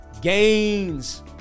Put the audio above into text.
gains